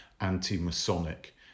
anti-Masonic